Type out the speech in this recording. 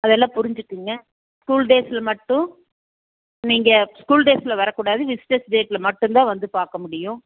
அதெல்லாம் புரிஞ்சிக்கோங்க ஸ்கூல் டேஸில் மட்டும் நீங்கள் ஸ்கூல் டேஸில் வரக்கூடாது விசிட்டர்ஸ் டேஸில் மட்டுந்தான் வந்து பார்க்க முடியும்